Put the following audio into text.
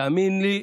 תאמין לי,